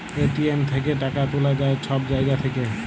ATM থ্যাইকে টাকা তুলা যায় ছব জায়গা থ্যাইকে